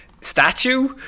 statue